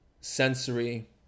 sensory